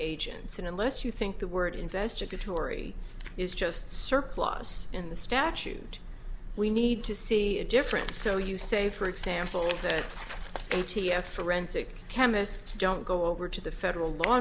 agents and unless you think the word investigatory is just surplus in the statute we need to see a difference so you say for example a t f forensic chemists don't go over to the federal law